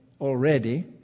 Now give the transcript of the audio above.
already